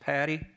Patty